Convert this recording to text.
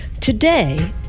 today